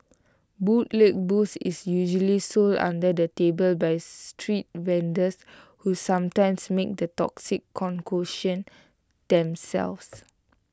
bootleg booze is usually sold under the table by street vendors who sometimes make the toxic concoction themselves